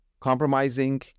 compromising